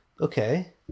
Okay